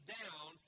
down